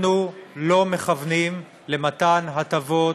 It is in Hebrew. אנחנו לא מכוונים למתן הטבות,